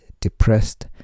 depressed